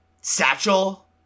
satchel